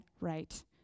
right